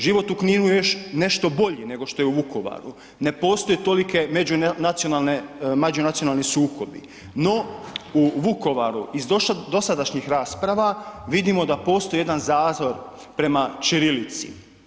Život u Kninu je još nešto bolji nego što je u Vukovaru ne postoje tolike međunacionalne, međunacionalni sukobi, no u Vukovaru iz dosadašnjih rasprava vidimo da postoji jedan zazora prema ćirilici.